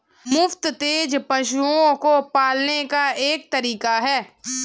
मुफ्त रेंज पशुओं को पालने का एक तरीका है